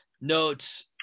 notes